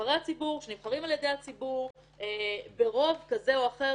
נבחרי הציבור שנבחרים על ידי הציבור ברוב כזה או אחר,